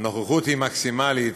הנוכחות היא מקסימלית,